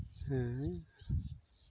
ᱦᱮᱸ